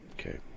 Okay